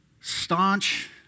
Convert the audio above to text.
staunch